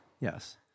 Yes